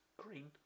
Green